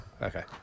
Okay